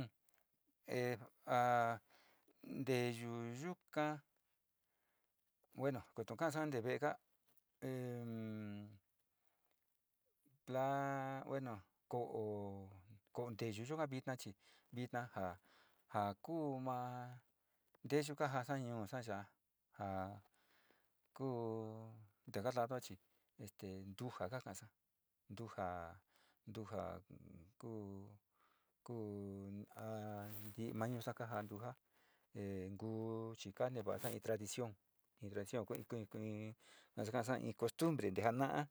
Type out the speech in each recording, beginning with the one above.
A nteyu yuka, bueno tu'un kasa konte ve'esa e, bueno pla, ko'o nteyu yuka vitna chi, vino ja, ja ku maa nteyu ka ja sa, ñuusa ya'a a ku taka lado chi ntuja, ntuja, ntuja, kuu, kuu a ma ñusa, kaja ntuja en ngu chi ka ne vasa in tradición in tradición ku in, ku in, in nasa kaasa costumbre a na'a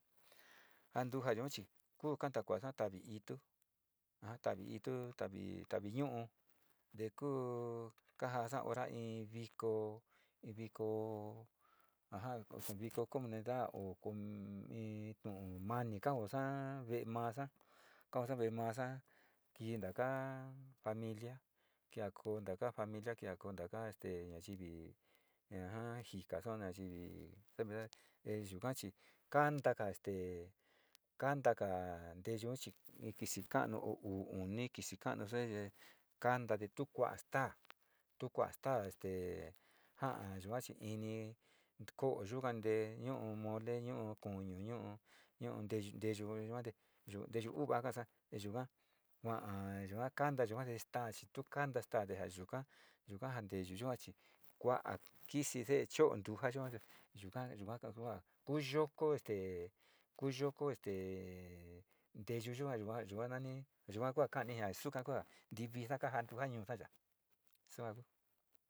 o ntoja yua chi kuu kanta kua tavi itu ja tavi itu, tavi, tavi ñu'u te ku kajasa in viko, viko o ja viko comunidad o com, ma ni ka joosa ve'e massa kaosa ve'e masa kintaka familia kia ko taka familia kia ko taka nayivi a ja jikaasa nayiivi familia kia ko taka nayivi a ja jikasa nyiivi familia e yukachi kantoga te kanta kanteyuu chi in ko'o yuga te ñuu mae, nu'u kuñu, nu'u, nu'u nteyu, nteyu yua te, nteyu u'uvua ka'asa te yuga kua'a yua kanta yua te staa te jasuka yuka jan te yu yu yua chi kua'a kisi este kuyoko ye ntuyu yua, yua nani yua kua kani jia suka ku ñivii sa kaajani tu'u sua ku.